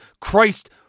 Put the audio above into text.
Christ